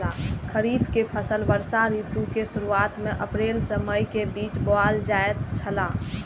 खरीफ के फसल वर्षा ऋतु के शुरुआत में अप्रैल से मई के बीच बौअल जायत छला